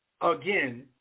again